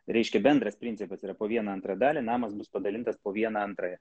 reiškia bendras principas yra po vieną antrąją dalį namas bus padalintas po vieną antrąją